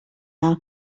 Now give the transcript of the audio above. now